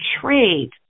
trade